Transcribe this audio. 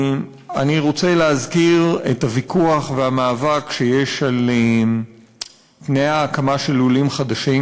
אני רוצה להזכיר את הוויכוח והמאבק שיש על תנאי ההקמה של לולים חדשים.